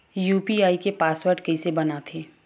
UPI के password कइसे बनाथे?